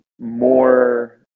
more